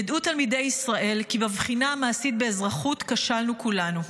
ידעו תלמידי ישראל כי בבחינה המעשית באזרחות כשלנו כולנו.